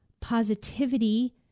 positivity